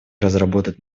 разработать